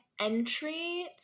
entry